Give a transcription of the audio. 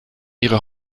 ihre